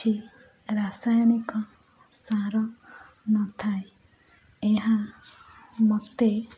କିଛି ରାସାୟନିକ ସାର ନଥାଏ ଏହା ମୋତେ